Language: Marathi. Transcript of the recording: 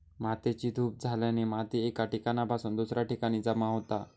मातेची धूप झाल्याने माती एका ठिकाणासून दुसऱ्या ठिकाणी जमा होता